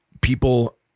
people